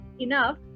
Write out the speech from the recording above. enough